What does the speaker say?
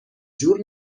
جور